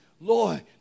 Lord